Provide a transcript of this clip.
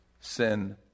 Sin